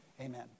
Amen